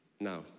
Now